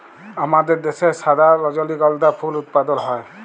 আমাদের দ্যাশে সাদা রজলিগন্ধা ফুল উৎপাদল হ্যয়